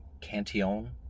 Cantillon